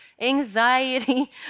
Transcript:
anxiety